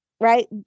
right